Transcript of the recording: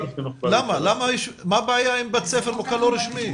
מה הבעיה אם בית הספר מוכר לא רשמי?